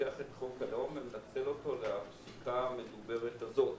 לוקח את חוק הלאום ומנצל אותו לפסיקה המדוברת הזאת.